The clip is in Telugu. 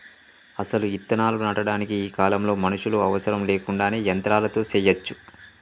అసలు ఇత్తనాలు నాటటానికి ఈ కాలంలో మనుషులు అవసరం లేకుండానే యంత్రాలతో సెయ్యచ్చు